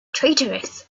traitorous